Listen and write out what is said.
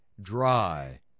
dry